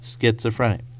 schizophrenic